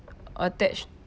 attached